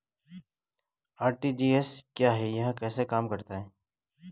RTGS क्या है यह कैसे काम करता है?